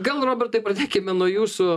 gal robertai pradėkime nuo jūsų